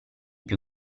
più